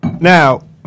Now